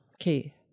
Okay